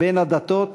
בין הדתות,